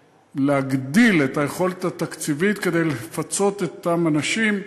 להגדיל את היכולת התקציבית כדי לפצות את אותם אנשים.